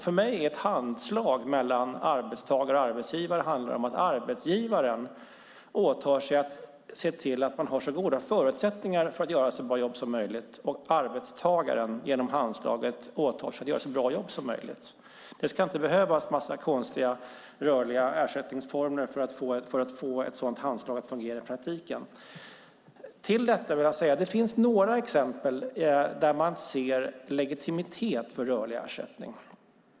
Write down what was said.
För mig handlar ett handslag mellan arbetsgivare och arbetstagare om att arbetsgivaren åtar sig att se till att man har så goda förutsättningar som möjligt för att göra ett jobb och att arbetstagaren samtidigt åtar sig att göra ett så bra jobb som möjligt. Det ska inte behövas en massa konstiga rörliga ersättningsformler för att få ett sådant handslag att fungera i praktiken. Till detta vill jag lägga att det finns några exempel där det finns legitimitet i rörlig ersättning.